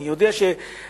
אני יודע שלמשרד